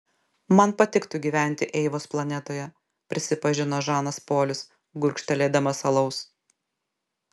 man patiktų gyventi eivos planetoje prisipažino žanas polis gurkštelėdamas alaus